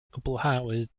gwblhawyd